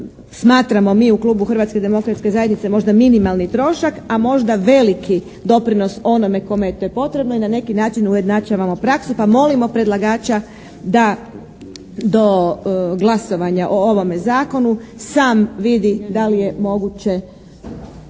smatramo mi u Klubu Hrvatske demokratske zajednice možda minimalni trošak a možda veliki doprinos onome kome je to potrebno i na neki način ujednačavamo praksu pa molimo predlagača da do glasovanja o ovome zakonu sam vidi da li je moguće